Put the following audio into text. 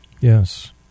Yes